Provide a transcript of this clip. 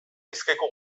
bizkaiko